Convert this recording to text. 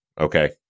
okay